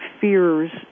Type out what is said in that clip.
fears